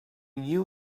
knew